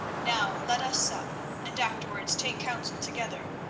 now let us sup and afterwards take counsel together,